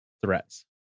threats